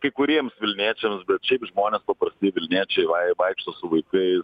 kai kuriems vilniečiams bet šiaip žmonės paprasti vilniečiai vai vaikšto su vaikais